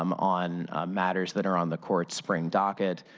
um on matters that are on the court spring docket.